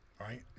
Right